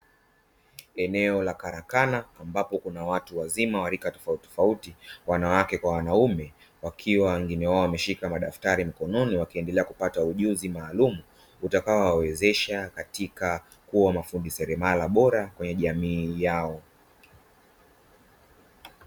Eneo la karakana ambako kuna watu wazima wa rika tofauti tofauti wanawake kwa wanaume, wakiwa wengine wao wameshika madaftari mkononi wakieendelea kupata ujuzi maalumu, utakaowawezesha kuwa mafundi seremala bora katika jamii yao.